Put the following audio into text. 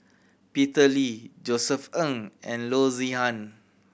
Peter Lee Josef Ng and Loo Zihan